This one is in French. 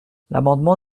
l’amendement